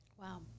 Wow